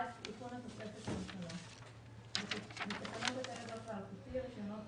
תיקון התוספת הראשונה בתקנות הטלגרף האלחוטי (רישיונות,